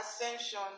ascension